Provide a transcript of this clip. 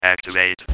activate